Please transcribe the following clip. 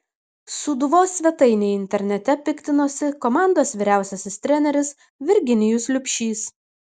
sūduvos svetainei internete piktinosi komandos vyriausiasis treneris virginijus liubšys